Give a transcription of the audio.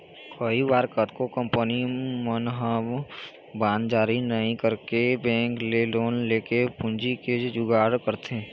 कई बार कतको कंपनी मन ह बांड जारी नइ करके बेंक ले लोन लेके पूंजी के जुगाड़ करथे